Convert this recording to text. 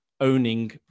owning